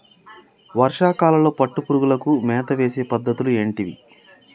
వర్షా కాలంలో పట్టు పురుగులకు మేత వేసే పద్ధతులు ఏంటివి?